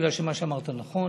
כי מה שאמרת נכון: